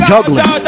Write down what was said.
Juggling